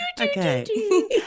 Okay